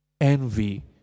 envy